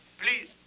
Please